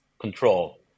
control